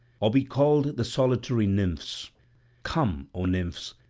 or be called the solitary nymphs come, o nymphs,